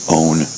own